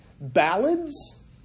ballads